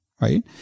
right